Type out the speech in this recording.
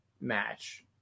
match